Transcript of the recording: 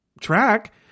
track